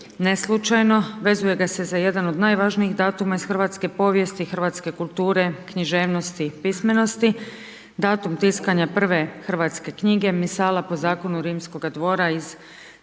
neslučajno, vezuje ga se za jedan od najvažnijih datuma hrvatske povijesti, hrvatske kulture, književnosti i pismenosti, datum tiskanja prve hrvatske knjige Misala po zakonu rimskoga dvora iz 1483.